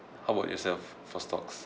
how about yourself for stocks